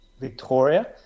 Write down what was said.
victoria